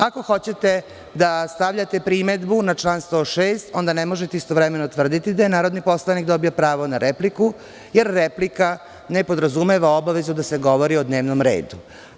Ako hoćete da stavljate primedbu na član 106, onda ne možete istovremeno tvrditi da je narodni poslanik dobio pravo na repliku, jer replika ne podrazumeva obavezu da se govori o dnevnom redu.